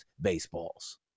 baseballs